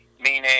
meaning